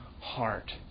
heart